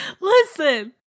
Listen